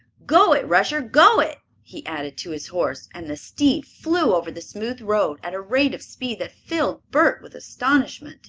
go it, rusher, go it! he added to his horse, and the steed flew over the smooth road at a rate of speed that filled bert with astonishment.